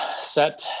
set